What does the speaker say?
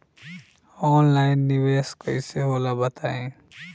Online निवेस कइसे होला बताईं?